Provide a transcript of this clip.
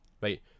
Right